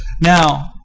Now